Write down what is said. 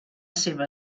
seva